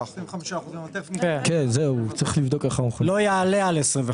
47 אחוזים - ולא יחולו הוראות סעיפים קטנים (ב2)